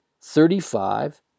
thirty-five